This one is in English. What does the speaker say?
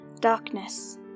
Darkness